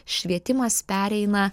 švietimas pereina